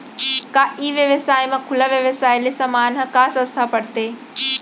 का ई व्यवसाय म खुला व्यवसाय ले समान ह का सस्ता पढ़थे?